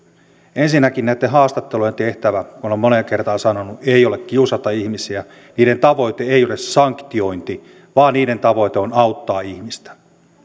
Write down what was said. ensinnäkin näitten haastattelujen tehtävä olen moneen kertaan sanonut ei ole kiusata ihmisiä niiden tavoite ei ole sanktiointi vaan niiden tavoite on auttaa ihmistä